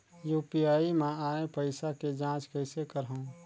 UPI मा आय पइसा के जांच कइसे करहूं?